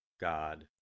God